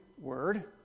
word